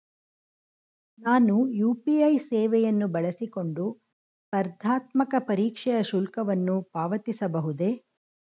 ನಾನು ಯು.ಪಿ.ಐ ಸೇವೆಯನ್ನು ಬಳಸಿಕೊಂಡು ಸ್ಪರ್ಧಾತ್ಮಕ ಪರೀಕ್ಷೆಯ ಶುಲ್ಕವನ್ನು ಪಾವತಿಸಬಹುದೇ?